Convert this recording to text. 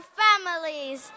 families